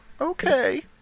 Okay